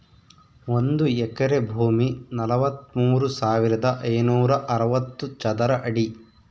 ಒಂದು ಎಕರೆ ಭೂಮಿ ನಲವತ್ಮೂರು ಸಾವಿರದ ಐನೂರ ಅರವತ್ತು ಚದರ ಅಡಿ